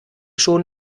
schon